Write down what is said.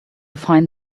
find